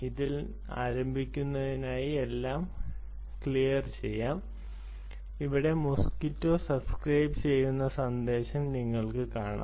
അതിനാൽ ആരംഭിക്കുന്നതിനായി എല്ലാം മായ്ക്കാം ഇവിടെ മോസ്ക്വിറ്റോ സബ്സ്ക്രൈബുചെയ്യുന്ന സന്ദേശം നിങ്ങൾക്ക് കാണാം